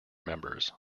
members